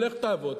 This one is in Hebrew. לך תעבוד,